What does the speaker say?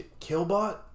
Killbot